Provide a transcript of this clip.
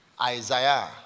Isaiah